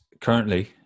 currently